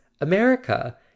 America